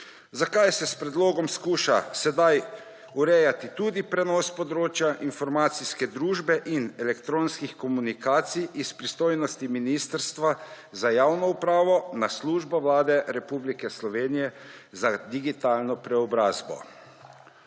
zakaj se s predlogom skuša sedaj urejati tudi prenos področja informacijske družbe in elektronskih komunikacij, iz pristojnosti Ministrstva za javno upravo, na Službo Vlade Republike Slovenije za digitalno preobrazbo.